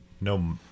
no